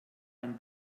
ein